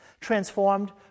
transformed